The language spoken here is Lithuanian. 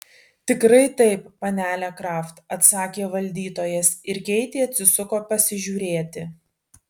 tikrai taip panele kraft atsakė valdytojas ir keitė atsisuko pasižiūrėti